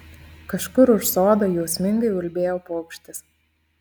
kažkur už sodo jausmingai ulbėjo paukštis